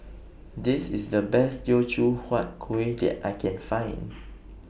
This IS The Best Teochew Huat Kuih that I Can Find